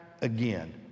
again